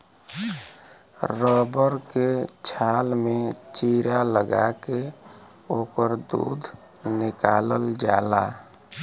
rubber के छाल में चीरा लगा के ओकर दूध निकालल जाला